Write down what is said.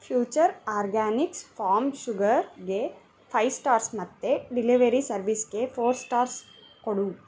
future organics farm ಶುಗರ್ಗೆ five stars ಮತ್ತು delivery ಸರ್ವಿಸ್ಗೆ ಫೋರ್ ಸ್ಟಾರ್ಸ್ ಕೊಡು